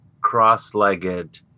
cross-legged